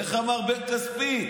איך אמר בן כספית?